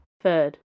Third